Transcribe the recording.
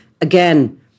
Again